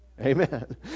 amen